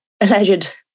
alleged